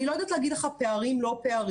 אני לא יודעת לומר לך פערים או לא פערים,